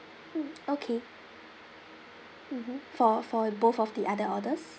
mm okay mmhmm for for both of the other orders